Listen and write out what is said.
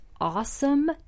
awesome